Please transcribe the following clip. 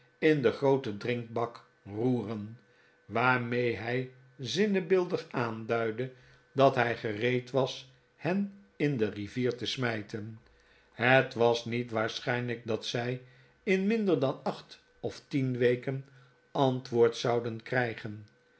in den grooten drinkbak roeren waarmee hij zinnebeeldig aanduidde dat hij gereed was hen in de rivier te smijten het was niet waarschijnlijk dat zij in minder dan acht of tien weken antwoord zouden krijgen